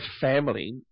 family